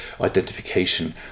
identification